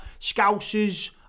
Scousers